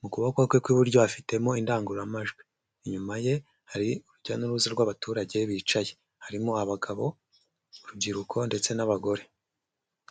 Mu kuboko kwe kw'iburyo afitemo indangururamajwi, inyuma ye hari urujya n'uruza rw'abaturage bicaye. Harimo abagabo, urubyiruko ndetse n'abagore.